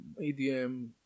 EDM